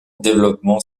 développement